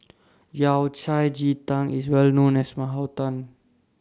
Yao Cai Ji Tang IS Well known as My Hometown